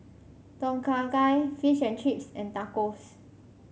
Tom Kha Gai Fish and Chips and Tacos